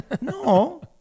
No